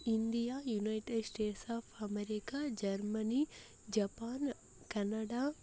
India United States of America Germany Japan Canada